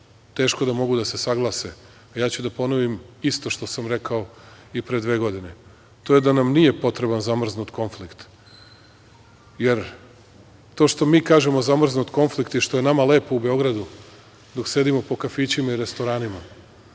teško da mogu da se saglase, a ja ću da ponovim isto što sam rekao i pre dve godine, a to je da nam nije potreban zamrznut konflikt. Jer, to što mi kažemo "zamrznut konflikt" i što je nama lepo u Beogradu, dok sedimo po kafićima i restoranima,